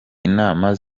inama